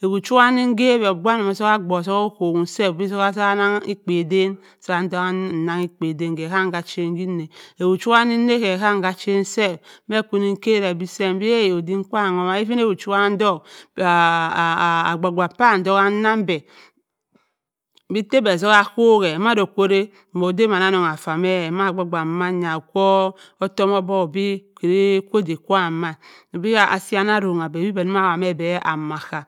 Ewi kwu nwa ni kewe obok abua gha otok ocho m sef obi tima ekpe eden sa ntogh m-kpe eden, wa chi ne ke ka achen nja, ewi kwu ya nse ki chin se mi na kwu nkere be sep mbi ahh! Odim-kwa wuma, even ewi-kwu wa ntog agba-agba pam nmam beh mi tah beh atok okuhe mando obe ma ode mina anong efa ma agba agba ma ya, kwu otom obok obi giri kwa-ode kwam ya, obiama asie,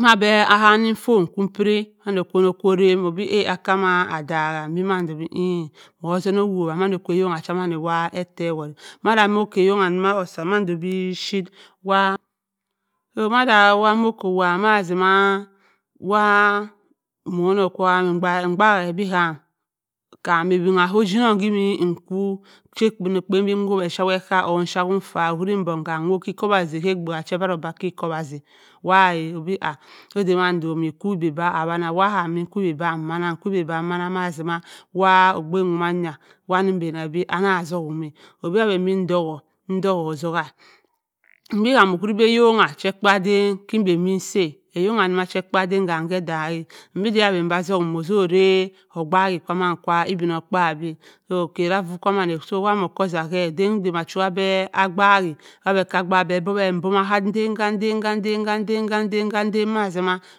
ma oham ki phone kupire kwu-nu okwe orem obi ehh! Oka kama adagha mbi mando bi? Obeh iie, mmo-oton owowa mando kwa eyonha kha mina etom maram ke eyonha ndo sa bi chip, wa mbaak e ben kam eyima ka ojeonong kwi dim mkwu kwa okpan beh migwi esha nwo etan or esha-wo efa kam mwo kwi mbow ki iwobase wa obi ahh, ode-mando kwu kwi beh awan, kwu-kwi beh awana, wa kam nkwu-bi beh nwana ma okpu nwo manya wa ni mbene bi mma atum obe aben-beh ntuku mi ntuko otuka, mbe okwiri beh ejongh kwa ekara eden kenuru beh nsi ejongh nda cha ekara ede kam ke daghe, mbeh ode obenbe atuk mma ode osi obaak ekewa chi obin okpabi, so wa modohasa beh, okwu ode ma chi iwa mbaak-eh ma bowe mboma ka-den ka-den ka-den ma se ma.